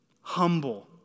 Humble